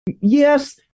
Yes